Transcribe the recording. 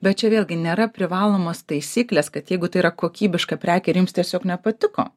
bet čia vėlgi nėra privalomos taisyklės kad jeigu tai yra kokybiška prekė ir jums tiesiog nepatiko